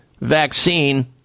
vaccine